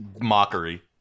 mockery